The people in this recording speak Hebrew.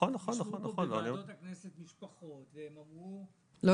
ישבו פה בוועדות הכנסת משפחות והן אמרו --- הן